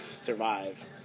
Survive